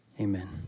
amen